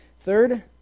Third